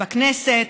בכנסת,